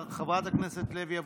חברת הכנסת לוי אבקסיס,